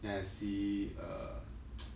then I see err